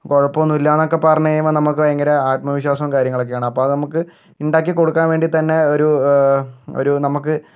കുഴപ്പമൊന്നുമില്ലാന്ന് പറഞ്ഞു കഴിയുമ്പോൾ നമുക്ക് ഭയങ്കര ആത്മവിശ്വാസവും കാര്യങ്ങളും ഒക്കെയാണ് അപ്പം നമുക്ക് ഉണ്ടാക്കി കൊടുക്കാൻ വേണ്ടി തന്നെ ഒരു ഒരു നമുക്ക്